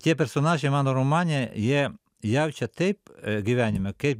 tie personažiai mano romane jie jaučia taip gyvenime kaip